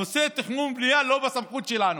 נושא התכנון והבנייה לא בסמכות שלנו.